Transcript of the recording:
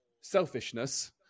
selfishness